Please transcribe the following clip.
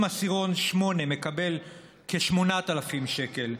אם עשירון 8 מקבל כ-8,000 שקל,